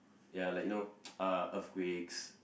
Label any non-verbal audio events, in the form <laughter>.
ya like you know <noise> uh earthquakes